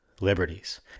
liberties